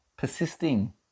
Persisting